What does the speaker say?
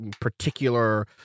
particular